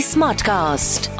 Smartcast